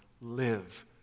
Live